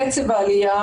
קצב העלייה,